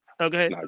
Okay